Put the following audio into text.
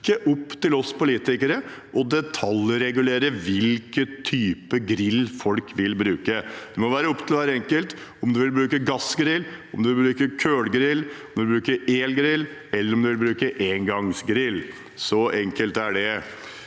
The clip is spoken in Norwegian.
ikke opp til oss politikere å detaljregulere hvilken type grill folk skal bruke. Det må være opp til hver enkelt om man vil bruke gassgrill, kullgrill, elgrill eller engangsgrill. Så enkelt er det.